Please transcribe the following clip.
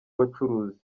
abacuruzi